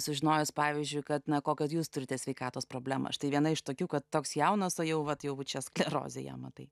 sužinojus pavyzdžiui kad na kokią jūs turite sveikatos problema štai viena iš tokių kad toks jaunas o jau atjaučiantis eroziją matai